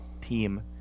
team